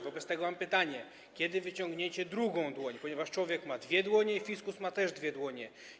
Wobec tego mam pytanie: Kiedy wyciągniecie drugą dłoń, ponieważ człowiek ma dwie dłonie i fiskus ma też dwie dłonie?